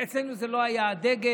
אצלנו זה לא היה הדגל.